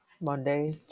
Monday